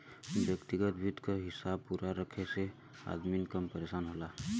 व्यग्तिगत वित्त क हिसाब पूरा रखे से अदमी कम परेसान होला